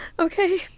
Okay